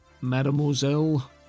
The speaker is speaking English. Mademoiselle